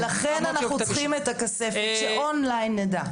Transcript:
ולכן אנחנו צריכים את הכספת, שאונליין נדע.